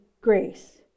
grace